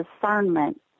discernment